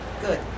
Good